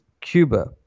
Cuba